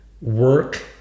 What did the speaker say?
work